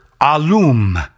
alum